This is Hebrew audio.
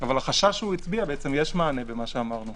אבל החשש שהצביע, יש מענה במה שאמרנו.